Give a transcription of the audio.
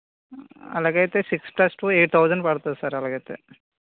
అలాగైతే six plus two eight thousand పడుతుంది sir అలాగైతే